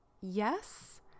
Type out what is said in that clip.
Yes